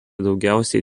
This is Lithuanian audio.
daugiausiai